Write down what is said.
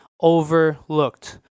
Overlooked